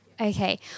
Okay